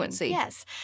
Yes